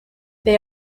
they